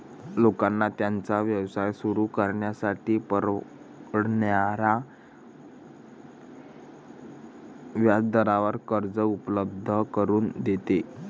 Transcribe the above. लोकांना त्यांचा व्यवसाय सुरू करण्यासाठी परवडणाऱ्या व्याजदरावर कर्ज उपलब्ध करून देते